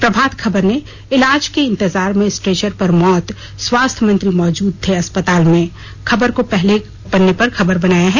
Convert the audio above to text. प्रभात खबर ने इलाज के इंतजार में स्ट्रेचर पर मौत स्वास्थ्य मंत्री मौजूद थे अस्पताल में खबर को पहली खबर बनाया है